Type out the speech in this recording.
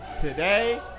today